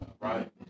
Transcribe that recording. Right